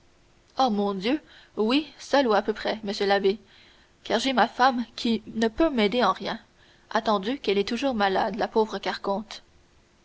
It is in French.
oh mon dieu oui seul ou à peu près monsieur l'abbé car j'ai ma femme qui ne me peut aider en rien attendu qu'elle est toujours malade la pauvre carconte